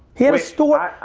he had a store,